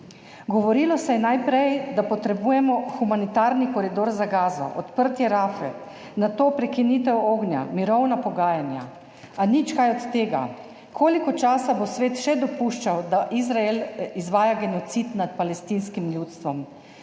Govorilo se je najprej, da potrebujemo humanitarni koridor za Gazo, odprtje Rafet, nato prekinitev ognja, mirovna pogajanja, a nič kaj od tega. Koliko časa bo svet še dopuščal, da Izrael izvaja genocid nad palestinskim ljudstvom?